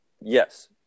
yes